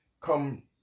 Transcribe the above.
come